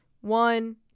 One